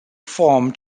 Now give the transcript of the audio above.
form